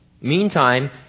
Meantime